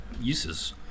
uses